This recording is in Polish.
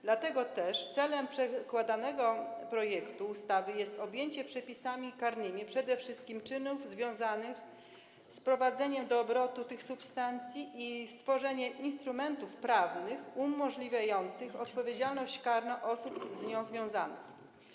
Dlatego też celem przedkładanego projektu ustawy jest objęcie przepisami karnymi przede wszystkim czynów związanych z wprowadzeniem do obrotu tych substancji i stworzenie instrumentów prawnych umożliwiających odpowiedzialność karną osób z nią związanych.